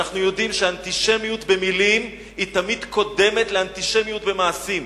ואנחנו יודעים שאנטישמיות במלים תמיד קודמת לאנטישמיות במעשים,